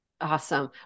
Awesome